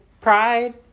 pride